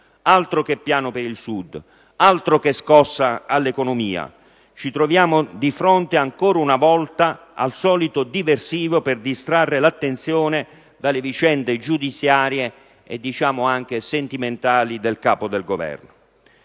Altro che piano per il Sud, altro che scossa all'economia! Ci troviamo di fronte, ancora una volta, al solito diversivo per distrarre l'attenzione dalle vicende giudiziarie e, diciamo anche, sentimentali del Capo del Governo.